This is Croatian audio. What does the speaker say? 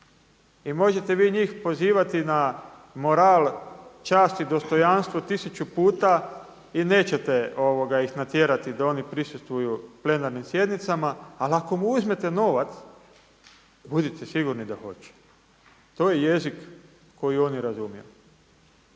I možete vi njih pozivati na moral, čast i dostojanstvo tisuću puta i nećete ih natjerati da oni prisustvuju plenarnim sjednicama. Ali ako mu uzmete novac budite sigurni da hoće. To je jezik koji oni razumiju.